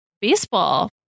baseball